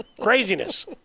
craziness